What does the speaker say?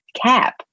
cap